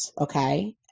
Okay